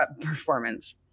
performance